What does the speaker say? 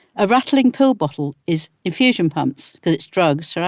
a rattling pill bottle is infusion pumps. cause it's drugs, right?